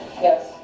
yes